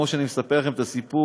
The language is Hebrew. כמו שאני מספר לכם את הסיפור,